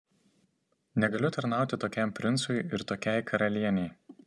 negaliu tarnauti tokiam princui ir tokiai karalienei